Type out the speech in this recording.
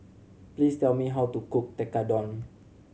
please tell me how to cook Tekkadon